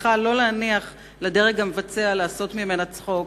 צריכה לא להניח לדרג המבצע לעשות ממנה צחוק,